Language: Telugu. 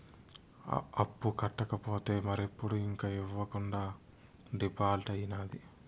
అప్పు కట్టకపోతే మరెప్పుడు ఇంక ఇవ్వకుండా డీపాల్ట్అయితాది